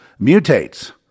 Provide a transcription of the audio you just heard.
mutates